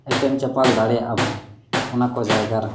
ᱮᱯᱮᱢ ᱪᱟᱯᱟᱞ ᱫᱟᱲᱮᱭᱟᱜᱼᱟ ᱵᱚᱱ ᱚᱱᱟ ᱠᱚ ᱡᱟᱭᱜᱟ ᱨᱮᱦᱚᱸ